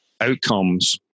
outcomes